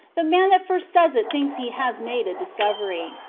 the man that first says it thinks he has made a discovery.